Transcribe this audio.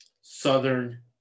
Southern